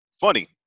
funny